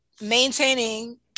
maintaining